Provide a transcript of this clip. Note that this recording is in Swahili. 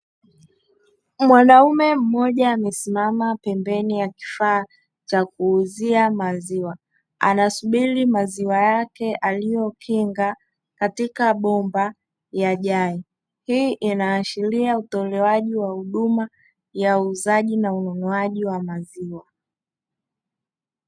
Mwanaume mmoja amesimama pembeni ya kifaa cha kuuzia maziwa anasubiri maziwa yake aliyokinga katika bomba yajae hii inaashiria utolewaji wa huduma ya uuzaji na ununuaji wa maziwa.